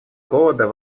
голода